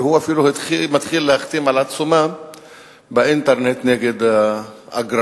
והוא אפילו מתחיל להחתים על עצומה באינטרנט נגד האגרה.